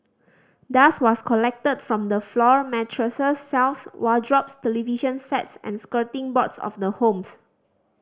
dust was collected from the floor mattresses shelves wardrobes television sets and skirting boards of the homes